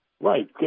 Right